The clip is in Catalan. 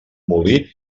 molí